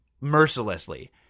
mercilessly